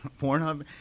Pornhub